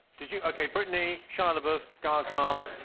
did you? ok, britney, shia labouf, gaga,